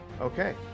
Okay